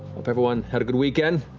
hope everyone had a good weekend.